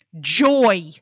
joy